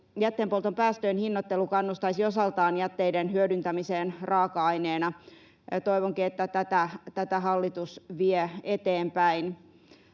Jätteenpolton päästöjen hinnoittelu kannustaisi osaltaan jätteiden hyödyntämiseen raaka-aineena. Toivonkin, että tätä hallitus vie eteenpäin.